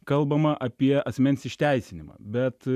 kalbama apie asmens išteisinimą bet